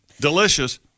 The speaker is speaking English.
delicious